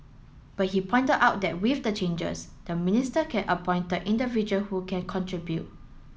but he pointed out that with the changes the minister can appointed individual who can contribute